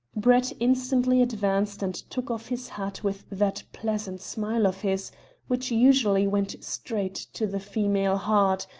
brett instantly advanced and took off his hat with that pleasant smile of his which usually went straight to the female heart,